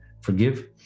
forgive